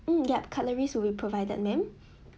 hmm yup the cutlery will be provided ma'am